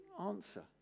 answer